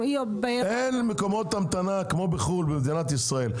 אין מקומות המתנה כמו בחו"ל במדינת ישראל.